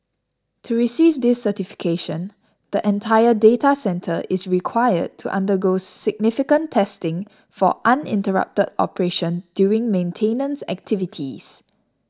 to receive this certification the entire data centre is required to undergo significant testing for uninterrupted operation during maintenance activities